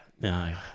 No